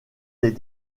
des